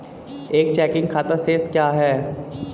एक चेकिंग खाता शेष क्या है?